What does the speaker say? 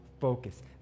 focus